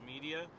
media